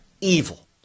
evil